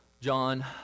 John